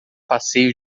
passeio